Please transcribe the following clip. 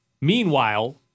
Meanwhile